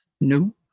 No